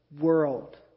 world